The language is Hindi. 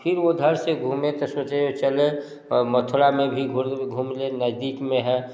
फिर उधर से घूमें तो सोचे चले और मथुरा में भी घूम लें नदी में